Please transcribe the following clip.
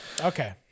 Okay